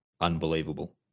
unbelievable